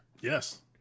yes